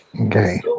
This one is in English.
Okay